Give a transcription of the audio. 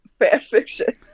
fanfiction